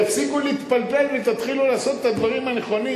תפסיקו להתפלפל ותתחילו לעשות את הדברים הנכונים.